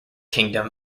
kingdom